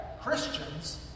Christians